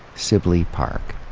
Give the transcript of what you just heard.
sibley park,